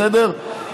בסדר?